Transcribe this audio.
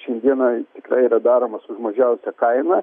šiandieną tikrai yra daromas už mažiausią kainą